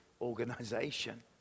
organization